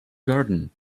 garden